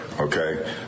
okay